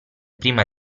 prima